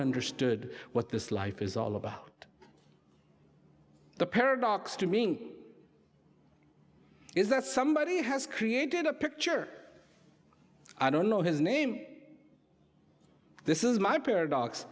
understood what this life is all about the paradox to being is that somebody has created a picture i don't know his name this is my paradox